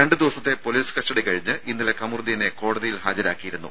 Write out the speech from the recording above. രണ്ട് ദിവസത്തെ police custody കഴിഞ്ഞ് ഇന്നലെ കമറുദ്ദീനെ കോടതിയിൽ ഹാജരാക്കിയിരുന്നു